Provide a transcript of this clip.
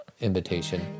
invitation